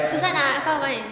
susah nak faham kan